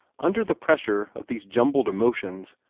under the pressure of these jumbled emotions,